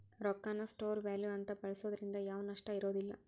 ರೊಕ್ಕಾನ store value ಅಂತ ಬಳ್ಸೋದ್ರಿಂದ ಯಾವ್ದ್ ನಷ್ಟ ಇರೋದಿಲ್ಲ